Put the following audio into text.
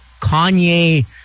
Kanye